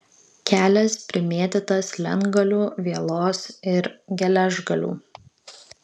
kelias primėtytas lentgalių vielos ir geležgalių